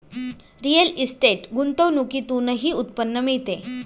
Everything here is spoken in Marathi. रिअल इस्टेट गुंतवणुकीतूनही उत्पन्न मिळते